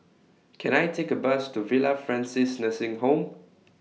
Can I Take A Bus to Villa Francis Nursing Home